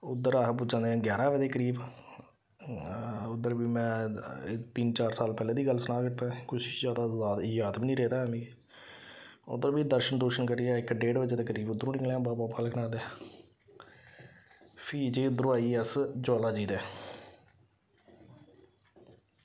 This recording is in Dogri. उद्धर अस पुज्जा ने ग्यारां बजे दे करीब उद्धर बी में तिन्न चार साल पैह्लें दी गल्ल सनां करदा ऐं किश जैदा जाद बी निं रेह्दा ऐ मिगी उद्धर बी दर्शन दुर्शन करियै इक डेढ़ बजे दे करीब उद्धरूं निकले आं बाबा बालक नाथ देआ फ्ही जी उद्धरूं आई गे अस ज्वाला जी दे